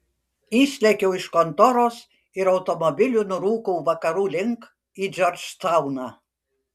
išlėkiau iš kontoros ir automobiliu nurūkau vakarų link į džordžtauną